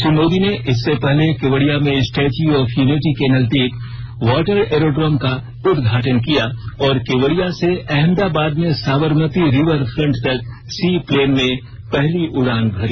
श्री मोदी ने इससे पहले केवड़िया में स्टेच्यू ऑफ यूनिटी के नजदीक वॉटर ऐरोड्रोम का उदघाटन किया और केवड़िया से अहमदाबाद में साबरमती रिवरफ्रंट तक सी प्लेन में पहली उड़ान भरी